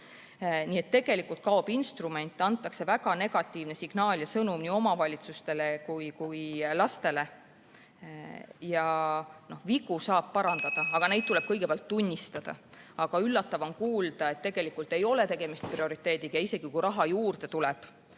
Nii et tegelikult kaob instrument ning antakse väga negatiivne signaal ja sõnum nii omavalitsustele kui lastele. Vigu saab parandada, aga neid tuleb kõigepealt tunnistada. Üllatav on kuulda, et tegelikult ei ole tegemist prioriteediga ja isegi kui raha juurde tuleb,